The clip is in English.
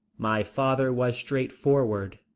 my father was straightforward,